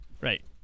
Right